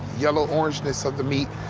yellow-orangeness of the meat,